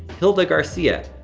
hilda garcia,